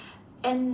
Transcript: and